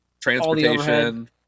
transportation